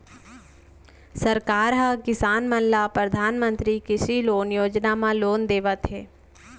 सरकार ह किसान मन ल परधानमंतरी कृषि लोन योजना म लोन देवत हे